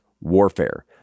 warfare